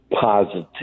positive